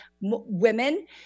women